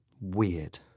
weird